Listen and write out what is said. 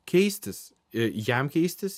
keistis ir jam keistis